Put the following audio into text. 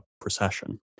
procession